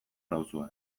nauzue